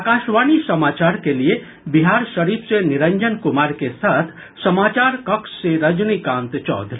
आकाशवाणी समाचार के लिए बिहारशरीफ से निरंजन कुमार के साथ समाचार कक्ष से रजनीकांत चौधरी